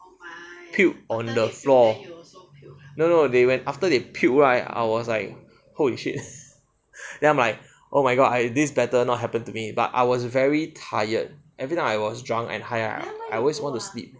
puke on the floor no no they went after they puke I was like holy shit then I'm like oh my god I this better not happen to me but I was very tired every time I was drunk and high right I always go to sleep